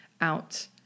out